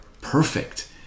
perfect